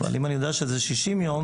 אבל אם אני יודע שזה ששים יום,